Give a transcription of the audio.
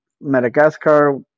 Madagascar